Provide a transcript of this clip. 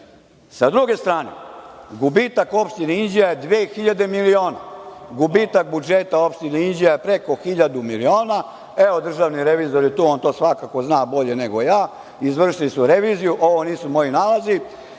druge strane, gubitak opštine Inđija je 2.000 miliona. Gubitak budžeta opštine Inđija je preko 1.000 miliona. Evo, državni revizor je tu, on to svakako zna bolje nego ja. Izvršili su reviziju, ovo nisu moji nalazi,